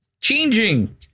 changing